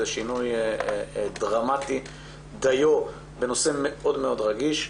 זה שינוי דרמטי דיו בנושא מאוד מאוד רגיש.